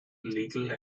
legal